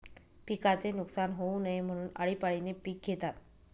पिकाचे नुकसान होऊ नये म्हणून, आळीपाळीने पिक घेतात